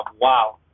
Wow